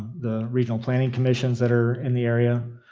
the regional planning commissions that are in the area,